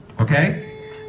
okay